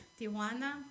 Tijuana